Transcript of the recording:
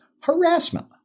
harassment